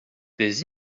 des